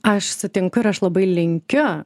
aš sutinku ir aš labai linkiu